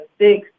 six